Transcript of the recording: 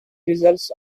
results